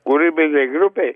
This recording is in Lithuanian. kūrybinei grupei